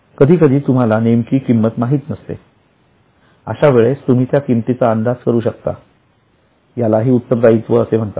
कधी कधी तुम्हाला नेमकी किंमत माहीत नसते अशा वेळेस तुम्ही त्या किमतीचा अंदाज करू शकता याला ही उत्तरदायित्व म्हणतात